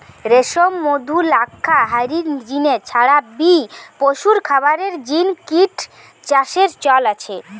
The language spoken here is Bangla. রেশম, মধু, লাক্ষা হারির জিনে ছাড়া বি পশুর খাবারের জিনে কিট চাষের চল আছে